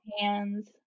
hands